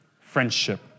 friendship